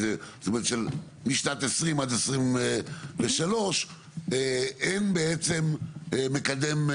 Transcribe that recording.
זאת אומרת משנת 2020 עד 2023 אין בעצם מקדם.